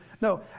No